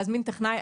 להזמין טכנאי.